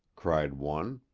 cried one.